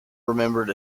remembered